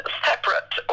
separate